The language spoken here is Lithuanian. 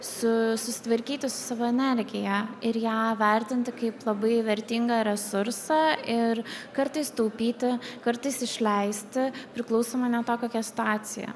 su susitvarkyti su savo energija ir ją vertinti kaip labai vertingą resursą ir kartais taupyti kartais išleisti priklausomai nuo to kokia situacija